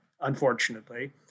unfortunately